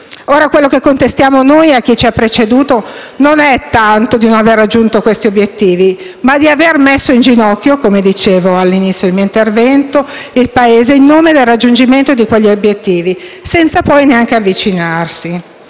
Ora, quello che contestiamo a chi ci ha preceduto non è tanto di non aver raggiunto gli obiettivi, ma di aver messo in ginocchio il Paese - come dicevo all'inizio del mio intervento - in nome del raggiungimento di quegli obiettivi, senza poi neanche avvicinarci.